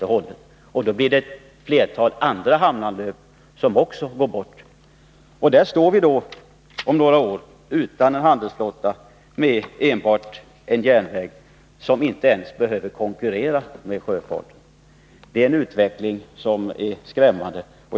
Under sådana förhållanden kommer också ett flertal andra hamnar att försvinna, och då står vi om några år utan hamnar och med enbart en järnväg, som inte ens behöver konkurrera med sjöfarten. Det är en skrämmande utveckling.